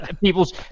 people's